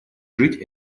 жить